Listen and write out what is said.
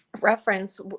reference